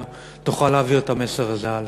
תוכל להעביר את המסר הזה הלאה.